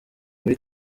muri